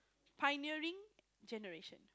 pioneering generation